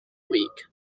weak